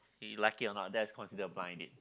you like it or not that's considered a blind date